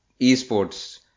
esports